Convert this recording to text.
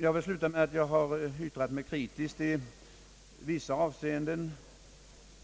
Jag vill sluta med att säga att jag har yttrat mig kritiskt i vissa avseenden